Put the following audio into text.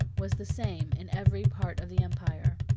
was the same in every part of the empire.